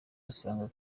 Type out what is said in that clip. asanga